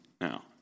now